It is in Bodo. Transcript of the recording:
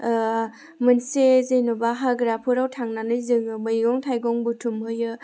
मोनसे जेन'बा हाग्राफोराव थांनानै जोङो मैगं थाइगं बुथुमहैयो